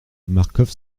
marcof